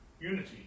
unity